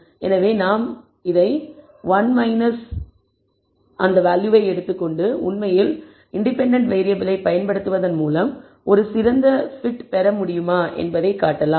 எனவே நாம் 1 இதை எடுத்துக் கொண்டு உண்மையில் இன்டிபெண்டண்ட் வேறியபிள்களைப் பயன்படுத்துவதன் மூலம் நாம் ஒரு சிறந்த fit பெற முடியுமா என்பதைக் காட்டலாம்